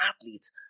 athletes